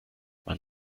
man